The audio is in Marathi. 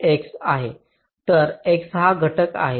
तर X एक घटक आहे